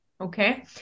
Okay